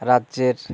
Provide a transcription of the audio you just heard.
রাজ্যের